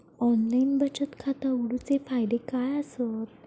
Online बचत खाता उघडूचे फायदे काय आसत?